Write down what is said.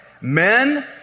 Men